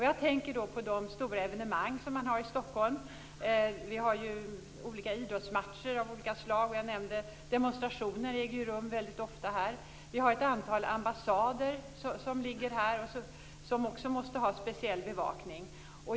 Jag tänker på de stora evenemang som finns i Stockholm. Vi har ju olika idrottsevenemang av olika slag. Demonstrationer äger ofta rum. Och det finns ett antal ambassader som också måste ha speciell bevakning.